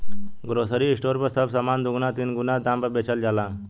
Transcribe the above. grocery store पर सब सामान दुगुना तीन गुना दाम पर बेचल जाला